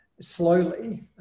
slowly